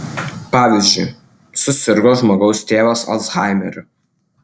pavyzdžiui susirgo žmogaus tėvas alzhaimeriu